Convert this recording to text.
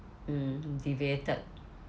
mm deviated